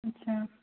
अच्छा